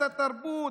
את התרבות,